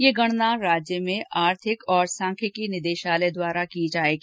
यह गणना राज्य में आर्थिक एवं सांख्यिकी निदेशालय द्वारा की जाएगी